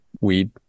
weed